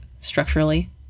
structurally